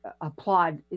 applaud